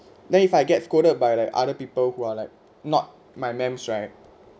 then if I get scolded by like other people who are like not my ma'ams right